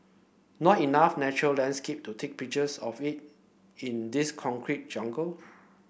not enough natural landscape to take pictures of it in this concrete jungle